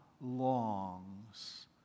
longs